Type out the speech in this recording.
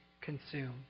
consume